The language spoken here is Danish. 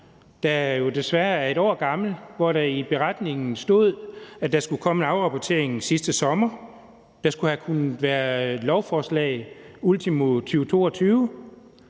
der jo desværre er et år gammel, og hvor der i beretningen stod, at der skulle komme en afrapportering sidste sommer, og at der skulle være lavet et lovforslag ultimo 2022.